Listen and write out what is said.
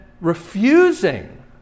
refusing